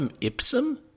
ipsum